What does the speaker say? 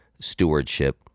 stewardship